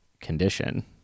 condition